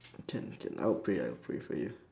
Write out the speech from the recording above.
can can I'll pray I'll pray for you